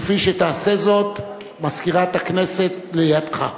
כפי שתעשה זאת מזכירת הכנסת לידך.